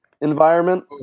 environment